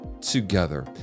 together